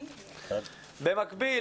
במקביל,